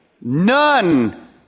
None